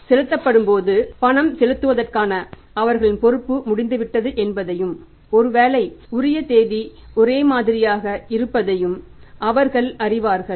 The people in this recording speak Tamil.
இது செலுத்தப்படும்போது பணம் செலுத்துவதற்கான அவர்களின் பொறுப்பு முடிந்துவிட்டது என்பதையும் ஒருவேளை உரிய தேதி ஒரே மாதிரியாக இருப்பதையும் அவர்கள் அறிவார்கள்